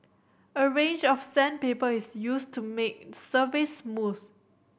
a range of sandpaper is used to make surface smooth